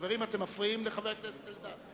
חברים, אתם מפריעים לחבר הכנסת אלדד.